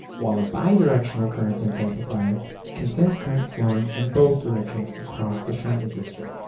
while a bidirectional current sense amplifier can sense current flowing in both directions across the shunt resistor.